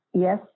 Yes